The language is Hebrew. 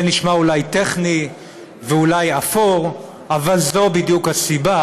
זה אולי נשמע טכני ואולי אפור אבל זו בדיוק הסיבה